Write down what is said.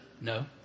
No